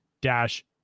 dash